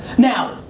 now,